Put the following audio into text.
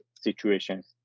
situations